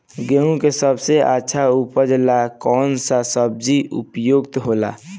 गेहूँ के सबसे अच्छा उपज ला कौन सा बिज के उपयोग होला?